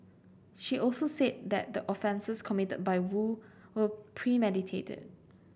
she also said that the offences committed by Woo were premeditated